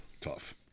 Tough